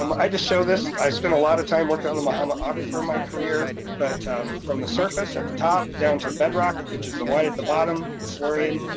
um i just show this, i spent a lot of time working on the mahomet aquifer ah for my career, but from the surface at the top down to the bedrock which is the white at the bottom, the flooring.